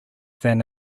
than